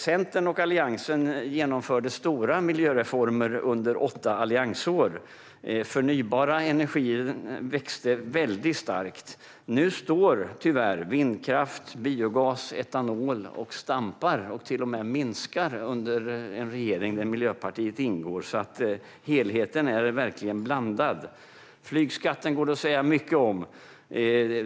Centern och Alliansen genomförde stora miljöreformer under åtta alliansår. Den förnybara energin växte väldigt starkt. Nu står tyvärr vindkraft, biogas och etanol och stampar och till och med minskar under en regering där Miljöpartiet ingår. Helheten är verkligen blandad. Flygskatten går det att säga mycket om.